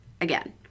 again